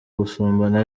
gusambana